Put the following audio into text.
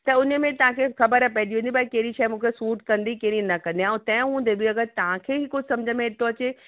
त हुन में तव्हांखे ख़बर पेईजी वेंदी भई कहिड़ी शइ मूंखे सूट कंदी कहिड़ी न कंदी ऐं तंहिं हूंदे बि अगरि तव्हांखे ई कुझु समुझ में थो अचे